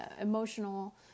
emotional